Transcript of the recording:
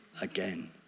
again